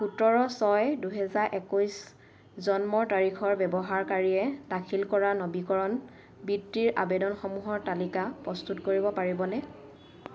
সোতৰ ছয় দুহেজাৰ একৈছ জন্মৰ তাৰিখৰ ব্যৱহাৰকাৰীয়ে দাখিল কৰা নৱীকৰণ বৃত্তিৰ আবেদনসমূহৰ তালিকা প্ৰস্তুত কৰিব পাৰিবনে